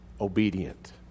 obedient